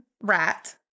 rat